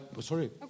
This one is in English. Sorry